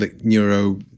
neuro